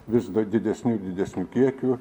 vis didesniu ir didesniu kiekiu